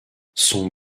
son